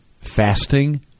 fasting